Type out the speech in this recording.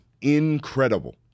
Incredible